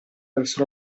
verso